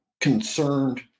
concerned